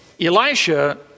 Elisha